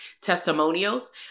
testimonials